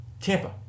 Tampa